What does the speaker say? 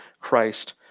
Christ